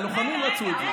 הלוחמים רצו את זה.